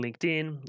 LinkedIn